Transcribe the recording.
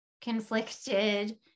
conflicted